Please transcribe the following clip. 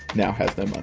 now has no money'.